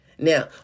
Now